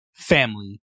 family